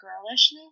girlishness